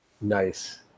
Nice